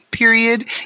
Period